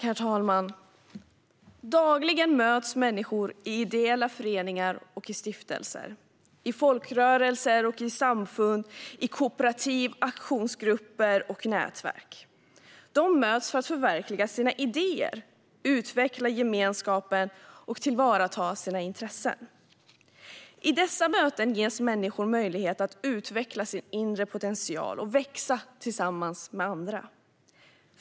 Herr talman! Dagligen möts människor i ideella föreningar och stiftelser, i folkrörelser och samfund, i kooperativ, aktionsgrupper och nätverk. De möts för att förverkliga sina idéer, utveckla gemenskapen och tillvarata sina intressen. I dessa möten ges människor möjlighet att utveckla sin inre potential och växa tillsammans med andra.